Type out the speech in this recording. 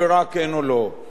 משני ההיבטים האלה,